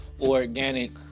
organic